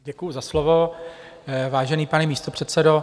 Děkuji za slovo, vážený pane místopředsedo.